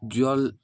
ଜଲ୍